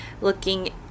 looking